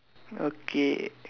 okay